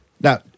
Now